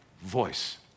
voice